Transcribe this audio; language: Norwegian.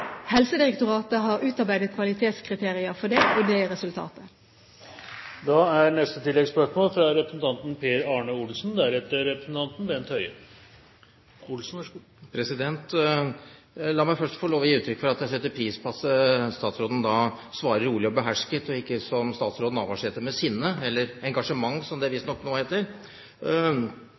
Helsedirektoratet har utarbeidet kvalitetskriterier for det, og det er resultatet. Per Arne Olsen – til oppfølgingsspørsmål. La meg først få lov til å gi uttrykk for at jeg setter pris på at statsråden svarer rolig og behersket, og ikke – som statsråd Navarsete – med sinne, eller engasjement som det visstnok heter nå.